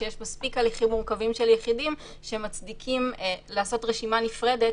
שיש מספיק הליכים מורכבים של יחידים שמצדיקים לעשות רשימה נפרדת.